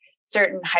certain